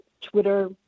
Twitter